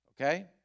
Okay